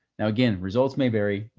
now, again, results may vary, you